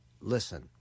Listen